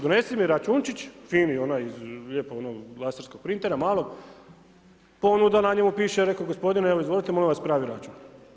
Donesi mi računčić fini onaj lijepo ono iz laserskog printera, malog, ponuda na njemu piše reko, gospodine evo izvolite, molim vas pravi račun.